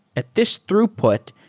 at this throughput,